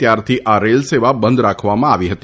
ત્યારથી આ રેલ સેવા બંધ રાખવામાં આવી હતી